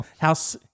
House